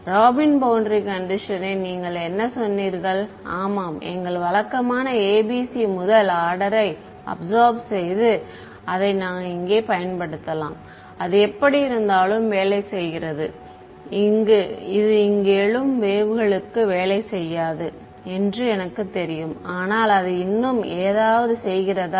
robin boundary கண்டிஷனை நீங்கள் என்ன சொன்னீர்கள் ஆமாம் எங்கள் வழக்கமான ABC முதல் ஆர்டரை அப்சார்ப் செய்து அதை நான் இங்கே பயன்படுத்தலாம் அது எப்படியிருந்தாலும் வேலை செய்கிறது இது எங்கும் எழும் வேவ்களுக்கு வேலை செய்யாது என்று எனக்குத் தெரியும் ஆனால் அது இன்னும் ஏதாவது செய்கிறதா